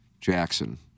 Jackson